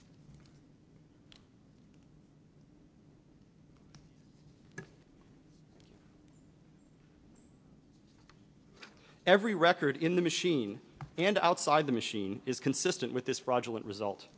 machine and outside the machine is consistent with this fraudulent result